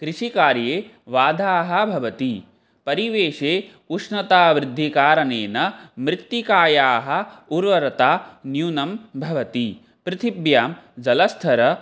कृषिकार्ये बाधाः भवन्ति परिवेषे उष्णतावृद्धिकारणेन मृत्तिकायाः ऊर्वरता न्यूना भवति पृथिव्यां जलस्तरः